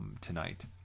tonight